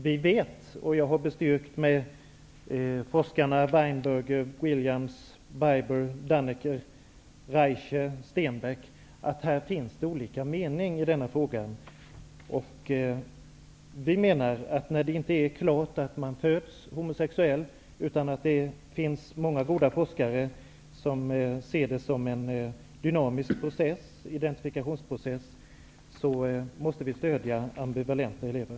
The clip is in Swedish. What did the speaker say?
Vi vet -- vilket är bestyrkt av forskarna Weinberg, Williams, Bieber, Dannecker, Reiche och Stenbäck -- att det finns olika meningar i denna fråga. Vi i kds menar, att när det inte är klart att man föds homosexuell, och det finns många goda forskare som ser det som en dynamisk identifikationsprocess, måste vi stödja ambivalenta elever.